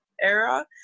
era